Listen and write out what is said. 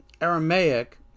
Aramaic